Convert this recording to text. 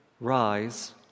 rise